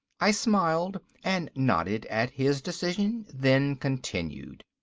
i smiled and nodded at his decision, then continued.